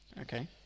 Okay